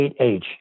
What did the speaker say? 8H